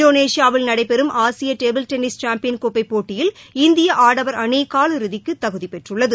இந்தோனேஷியாவில் நடைபெறும் ஆசிய டேபுள் டென்னிஸ் சாம்பியன் கோப்பை போட்டியில் இந்திய ஆடவர் அணி கால் இறுதிக்கு தகுதி பெற்றுள்ளது